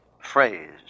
phrase